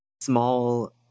small